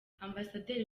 ambasaderi